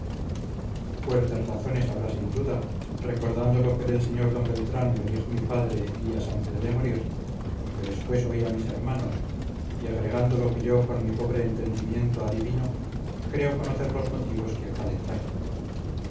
fuertes razones habrá sin duda recordando lo que del sr d beltrán me dijo mi padre días antes de morir lo que después oí a mis hermanos y agregando lo que yo con mi pobre entendimiento adivino creo conocer los motivos que acá le traen